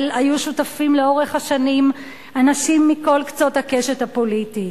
היו שותפים לאורך השנים אנשים מכל קצות הקשת הפוליטית.